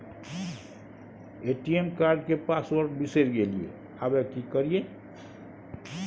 ATM card के password बिसरि गेलियै आबय की करियै?